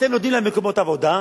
אתם נותנים להם מקומות עבודה,